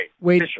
Wait